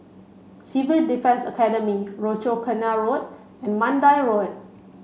Civil Defence Academy Rochor Canal Road and Mandai Road